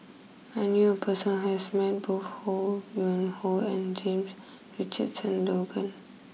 I knew a person who has met both Ho Yuen Hoe and James Richardson Logan